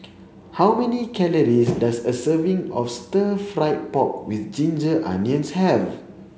how many calories does a serving of stir fried pork with ginger onions have